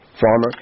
Farmer